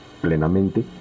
plenamente